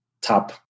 top